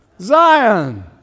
Zion